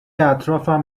اطرافم